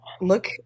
Look